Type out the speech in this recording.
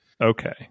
Okay